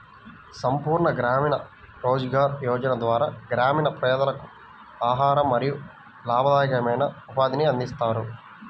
సంపూర్ణ గ్రామీణ రోజ్గార్ యోజన ద్వారా గ్రామీణ పేదలకు ఆహారం మరియు లాభదాయకమైన ఉపాధిని అందిస్తారు